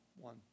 one